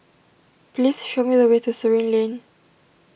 please show me the way to Surin Lane